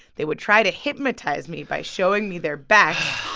they would try to hypnotize me by showing me their backs.